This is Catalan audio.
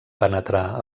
penetrar